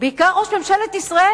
בעיקר ראש ממשלת ישראל,